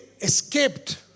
escaped